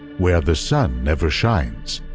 where the sun never shines.